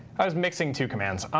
mixing two commands.